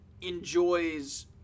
enjoys